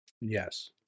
Yes